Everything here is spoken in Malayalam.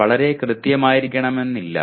ഇത് വളരെ കൃത്യമായിരിക്കണമെന്നില്ല